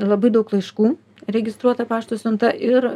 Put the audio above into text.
labai daug laiškų registruota pašto siunta ir